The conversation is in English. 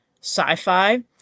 sci-fi